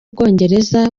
bwongereza